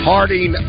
Harding